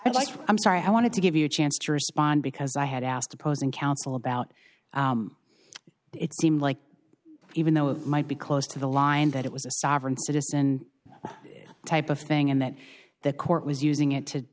just i'm sorry i wanted to give you a chance to respond because i had asked opposing counsel about it seem like even though it might be close to the line that it was a sovereign citizen type of thing and that the court was using it to